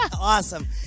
Awesome